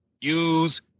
use